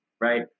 Right